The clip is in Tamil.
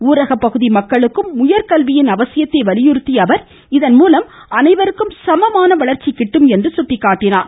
ஊரகப் பகுதி மக்களுக்கும் உயர்கல்வியின் அவசியத்தை வலியுறுத்திய அவர் இதன்மூலம் அனைவருக்கும் சமமான வளர்ச்சி கிட்டும் என்று சுட்டிக்காட்டினார்